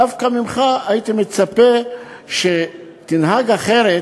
דווקא ממך הייתי מצפה שתנהג אחרת